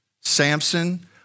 Samson